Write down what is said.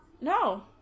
No